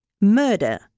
murder